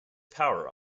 power